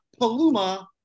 Paluma